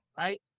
Right